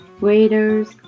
Waiters